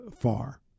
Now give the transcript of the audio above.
far